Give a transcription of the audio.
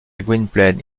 gwynplaine